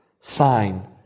sign